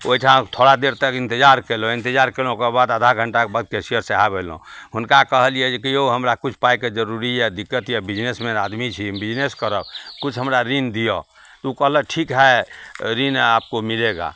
ओहिठाम थोड़ा देर तक इन्तजार कएलहुँ इन्तजार कएलहुँ ओकरबाद आधा घण्टाके बाद कैशिअर साहब अएलहुँ हुनका कहलिए कि यौ हमरा किछु पाइके जरूरी यऽ दिक्कत यऽ बिजनेसमैन आदमी छी हम बिजनेस करब किछु हमरा ऋण दिअऽ तऽ ओ कहलक ठीक है ऋण आपको मिलेगा